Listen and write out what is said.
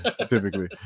typically